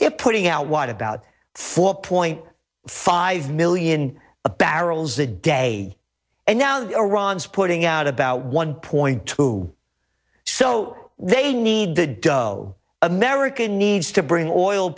they're putting out what about four point five million barrels a day and now iran is putting out about one point two so they need the dough america needs to bring oil